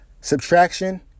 Subtraction